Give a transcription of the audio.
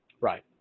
Right